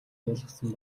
болгосон